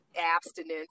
abstinence